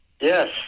Yes